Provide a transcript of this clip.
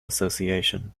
association